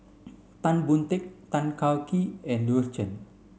Tan Boon Teik Tan Kah Kee and Louis Chen